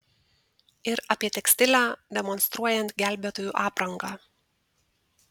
ir apie tekstilę demonstruojant gelbėtojų aprangą